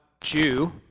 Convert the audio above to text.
Jew